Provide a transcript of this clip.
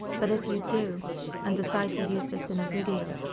but if you do and decide to use this in a video,